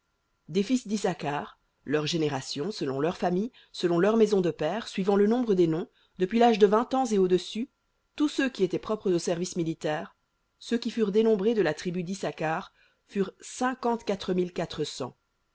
des fils d'issacar leurs générations selon leurs familles selon leurs maisons de pères suivant le nombre des noms depuis l'âge de vingt ans et au-dessus tous ceux qui étaient propres au service militaire ceux qui furent dénombrés de la tribu d'issacar furent